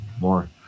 more